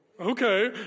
Okay